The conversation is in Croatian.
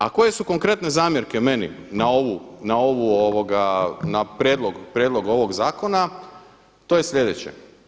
A koje su konkretne zamjerke meni na ovu, na prijedlog ovog zakona to je sljedeće.